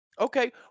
Okay